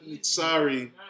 sorry